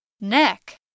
Neck